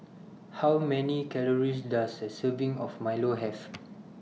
How Many Calories Does A Serving of Milo Have